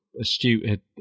Astute